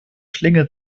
schlinge